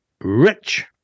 rich